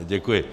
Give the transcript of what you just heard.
Děkuji.